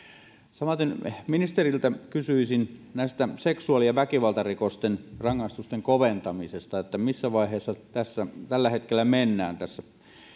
samaten ministeriltä kysyisin seksuaali ja väkivaltarikosten rangaistusten koventamisesta missä vaiheessa tällä hetkellä mennään tässä